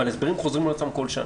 אבל ההסברים חוזרים על עצמם בכל שנה.